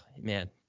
man